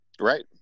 Right